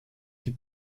die